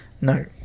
No